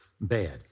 bad